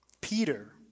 Peter